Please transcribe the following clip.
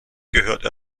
gehörte